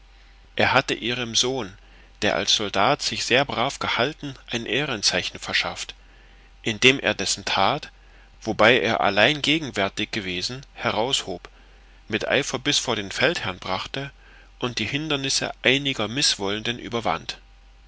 er hatte ihrem sohn der als soldat sich sehr brav gehalten ein ehrenzeichen verschafft indem er dessen tat wobei er allein gegenwärtig gewesen heraushob mit eifer bis vor den feldherrn brachte und die hindernisse einiger mißwollenden überwand